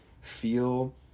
feel